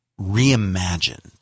Reimagined